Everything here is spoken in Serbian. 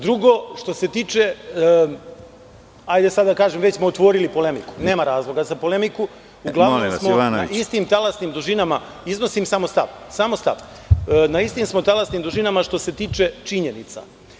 Drugo, hajde sada da kažem, već smo otvorili polemiku, nema razloga za polemiku ukoliko smo na istim talasnim dužinama, iznosim samo stav, na istim smo talasnim dužinama što se tiče činjenice.